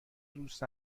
دوست